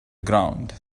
ground